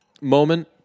moment